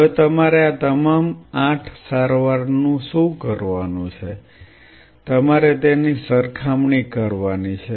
હવે તમારે આ તમામ આઠ સારવાર નું શું કરવાનું છે તમારે તેની સરખામણી કરવાની છે